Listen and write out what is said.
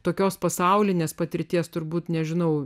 tokios pasaulinės patirties turbūt nežinau